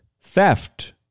Theft